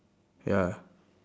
ya